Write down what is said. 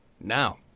Now